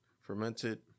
fermented